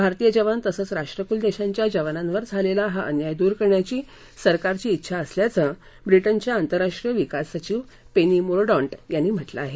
भारतीय जवान तसंच राष्ट्रकुल देशांच्या जवानांवर झालेला हा अन्याय दूर करण्याची सरकारची डेछा असल्याचं ब्रिटनच्या आंतराष्ट्रीय विकास सचिव पेनी मोरडॉन्ट यांनी म्हटलं आहे